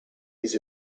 his